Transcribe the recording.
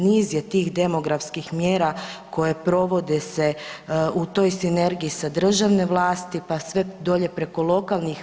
Niz je tih demografskih mjera koje provode se u toj sinergiji sa državne vlasti, pa sve dolje preko lokalnih.